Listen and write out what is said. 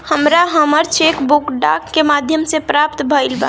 हमरा हमर cheque book डाक के माध्यम से प्राप्त भईल बा